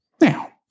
Now